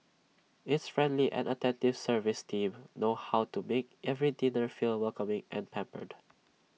its friendly and attentive service team know how to make every diner feel welcoming and pampered